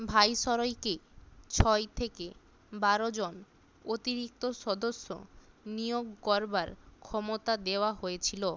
ভাইসরয়কে ছয় থেকে বারোজন অতিরিক্ত সদস্য নিয়োগ করবার ক্ষমতা দেওয়া হয়েছিলো